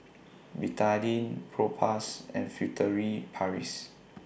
Betadine Propass and Furtere Paris